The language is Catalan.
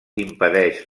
impedeix